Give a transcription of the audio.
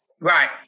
Right